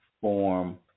form